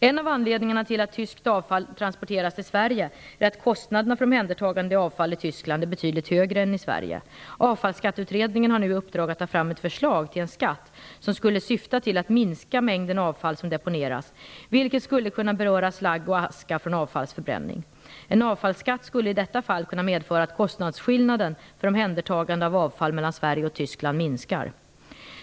En av anledningarna till att tyskt avfall transporteras till Sverige är att kostnaderna för omhändertagande av avfall i Tyskland är betydligt högre än i Sverige. Avfallsskatteutredningen har nu i uppdrag att ta fram ett förslag till en skatt som skulle syfta till att minska mängden avfall som deponeras, vilket skulle kunna beröra slagg och aska från avfallsförbränning. En avfallsskatt skulle i detta fall kunna medföra att kostnadsskillnaden för omhändertagande av avfall mellan Sverige och Tyskland minskar.